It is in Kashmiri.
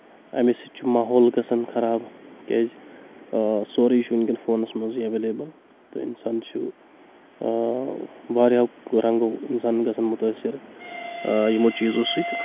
امہِ سۭتۍ چھُ ماحول گژھان خراب کیٛازِ سورُے چھُ وٕنکؠن فونس منٛزٕے اؠویلیبٕل تہٕ انسان چھُ واریاہو رنٛگو انسان گژھان مُتٲثر یِمو چیٖزو سۭتۍ